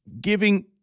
giving